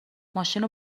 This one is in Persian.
ماشینو